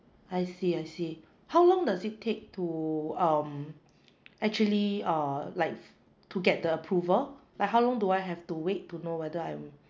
I see I see how long does it take to um actually uh like to get the approval like how long do I have to wait to know whether I'm